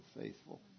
faithful